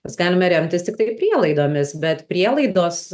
mes galime remtis tiktai prielaidomis bet prielaidos